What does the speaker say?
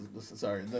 Sorry